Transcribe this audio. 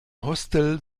hostel